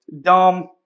dumb